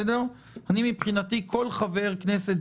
מבחינתי כל חבר כנסת,